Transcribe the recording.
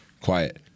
quiet